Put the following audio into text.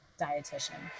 dietitian